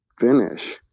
finish